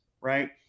right